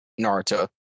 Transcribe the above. Naruto